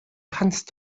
kannst